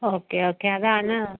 okay okay അതാണ്